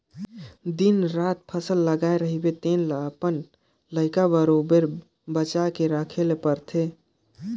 दिन रात फसल लगाए रहिबे तेन ल अपन लइका बरोबेर बचे के रखे ले परथे